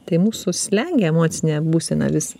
tai mūsų slegia emocinė būsena vis